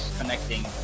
connecting